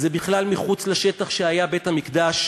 זה בכלל מחוץ לשטח שהיה בית-המקדש.